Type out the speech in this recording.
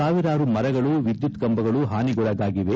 ಸಾವಿರಾರು ಮರಗಳು ವಿದ್ದುತ್ ಕಂಬಗಳು ಹಾನಿಗೊಳಗಾಗಿವೆ